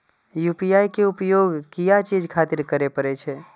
UPI के उपयोग किया चीज खातिर करें परे छे?